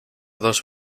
dos